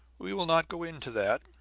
we will not go into that.